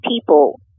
people